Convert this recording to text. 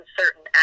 certain